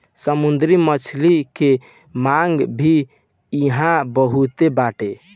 समुंदरी मछली के मांग भी इहां बहुते बाटे